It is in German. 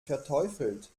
verteufelt